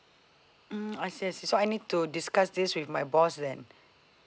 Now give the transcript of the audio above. mm I see I see so I need to discuss this with my boss then